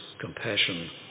compassion